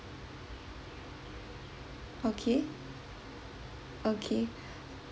okay okay